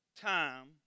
time